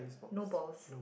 no balls